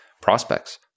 prospects